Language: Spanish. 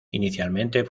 inicialmente